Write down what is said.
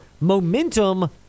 momentum